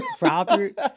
robert